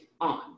on